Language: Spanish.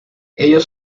ellos